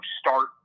start